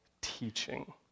teaching